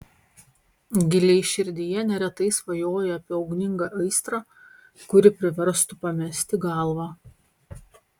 giliai širdyje neretai svajoja apie ugningą aistrą kuri priverstų pamesti galvą